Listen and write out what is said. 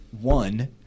one